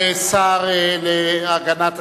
תודה רבה לשר להגנת הסביבה.